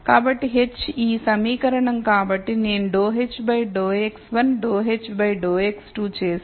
కాబట్టి h ఈ సమీకరణం కాబట్టి నేను ∂h ∂x1 ∂h ∂x2 చేస్తే